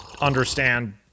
understand